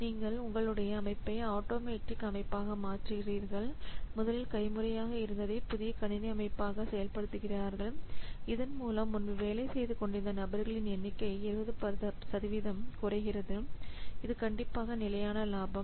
நீங்கள் உங்களுடைய அமைப்பை ஆட்டோமேட்டிக் அமைப்பாக மாற்றுகிறீர்கள் முதலில் கைமுறையாக இருந்ததை புதிய கணினி அமைப்பாக செயல்படுத்துகிறார்கள் இதன் மூலம் முன்பு வேலை செய்துகொண்டிருந்த நபர்களின் எண்ணிக்கை 20 குறைகிறது இது கண்டிப்பாக நிலையான லாபம்